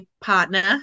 partner